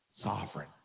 sovereign